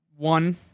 one